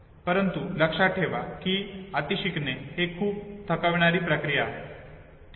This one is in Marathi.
परंतु लक्षात ठेवा की अतिशिकणे ही एक खूप थकविणारी प्रक्रिया आहे ठीक आहे